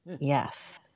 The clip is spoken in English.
yes